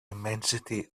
immensity